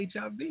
HIV